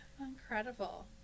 Incredible